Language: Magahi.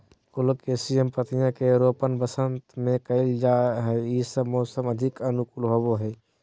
कोलोकेशिया पत्तियां के रोपण वसंत में कइल जा हइ जब मौसम अधिक अनुकूल होबो हइ